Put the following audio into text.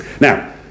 Now